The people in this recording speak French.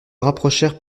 rapprochèrent